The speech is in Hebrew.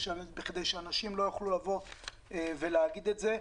בכדי שאנשים לא יוכלו לבוא ולהגיד את זה.